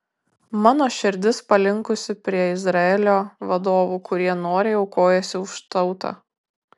mano širdis palinkusi prie izraelio vadovų kurie noriai aukojasi už tautą